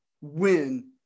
win